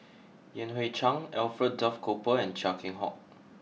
Yan Hui Chang Alfred Duff Cooper and Chia Keng Hock